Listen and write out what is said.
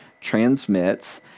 transmits